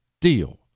deal